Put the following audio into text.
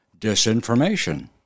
disinformation